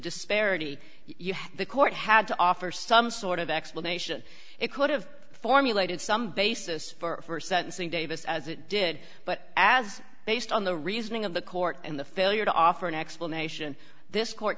disparity you had the court had to offer some sort of explanation it could have formulated some basis for sentencing davis as it did but as based on the reasoning of the court and the failure to offer an explanation this court